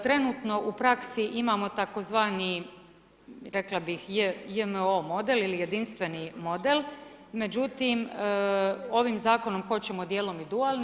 Trenutno u praksi imamo tzv. rekla bih JMO model ili jedinstveni model, međutim ovim zakonom hoćemo dijelom i dualni.